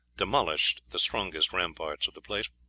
demolished the strongest ramparts of the place.